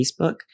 Facebook